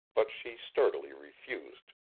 but she sturdily refused.